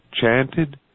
chanted